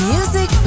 Music